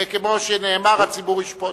וכמו שנאמר, הציבור ישפוט.